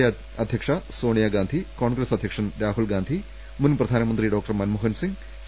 A അധ്യക്ഷ സോണിയഗാന്ധി കോൺഗ്രസ് അധ്യക്ഷൻ രാഹുൽഗാന്ധി മുൻ പ്രധാനമന്ത്രി ഡോക്ടർ മൻമോഹൻ സിംഗ് സി